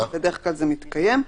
בדרך כלל זה מתקיים.